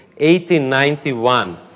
1891